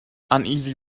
uneasy